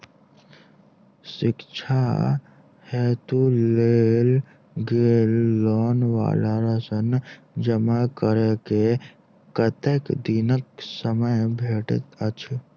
शिक्षा हेतु लेल गेल लोन वा ऋण जमा करै केँ कतेक दिनक समय भेटैत अछि?